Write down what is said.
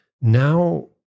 now